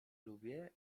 lubię